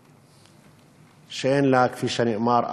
שאין לה, כפי שנאמר,